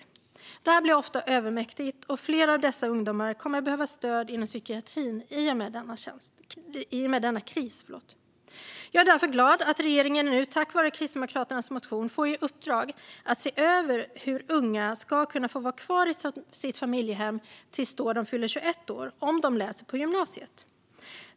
Det här blir ofta övermäktigt, och flera av dessa ungdomar kommer att behöva stöd inom psykiatrin i och med denna kris. Jag är därför glad att regeringen nu tack vare Kristdemokraternas motion får i uppdrag att se över hur unga personer ska kunna få vara kvar i sina familjehem till dess att de fyller 21 år om de läser på gymnasiet.